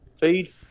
feed